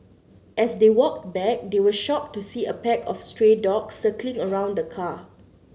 as they walked back they were shocked to see a pack of stray dogs circling around the car